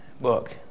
book